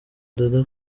dada